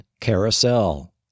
Carousel